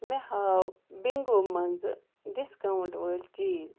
مےٚ ہاو بِنٛگو مَنٛزٕ ڈِسکاوُنٛٹ وٲلۍ چیٖز